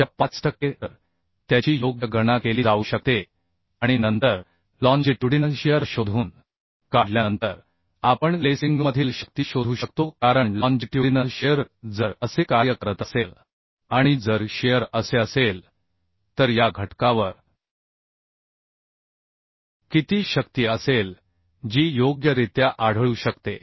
च्या 5 टक्के तर त्याची योग्य गणना केली जाऊ शकते आणि नंतर ट्रान्सव्हर्स शिअर शोधून काढल्यानंतर आपण लेसिंगमधील शक्ती शोधू शकतो कारण ट्रान्सव्हर्स शिअर जर असे कार्य करत असेल आणि जर शिअर असे असेल तर या घटकावर किती शक्ती असेल जी योग्यरित्या आढळू शकते